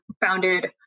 founded